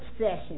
session